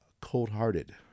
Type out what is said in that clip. Cold-Hearted